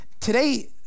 today